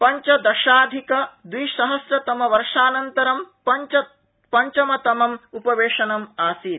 पंचदशाधिकद्विसहस्रतमवर्षानन्तरं पंचमतमम् उपवेशनम् आसीत्